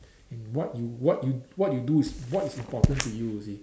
and what you what you what you do is what is important to you you see